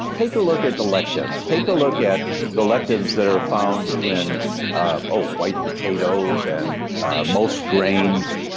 take a look at the lectins. take a look at the lectins that are found in ah white potatoes and most grains,